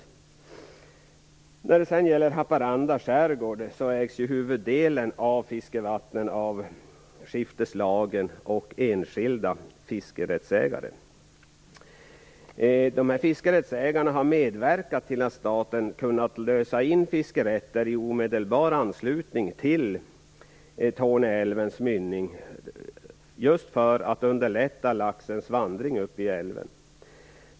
Huvuddelen av fiskevattnen i Haparanda skärgård ägs ju av skifteslagen och enskilda fiskerättsägare. Dessa fiskerättsägare har medverkat till att staten kunnat lösa in fiskerätter i omedelbar anslutning till Torneälvens mynning just för att underlätta laxens vandring upp i älven.